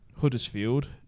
Huddersfield